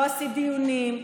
לא עשית דיונים,